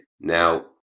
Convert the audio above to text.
Now